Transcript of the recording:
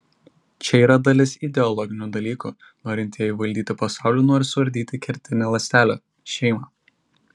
čia yra dalis ideologinių dalykų norintieji valdyti pasaulį nori suardyti kertinę ląstelę šeimą